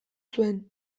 zuen